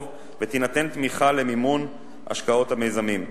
ותינתן תמיכה למימון השקעות המיזמים.